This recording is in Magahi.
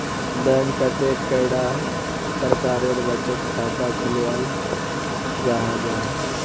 बैंक कतेक कैडा प्रकारेर बचत खाता खोलाल जाहा जाहा?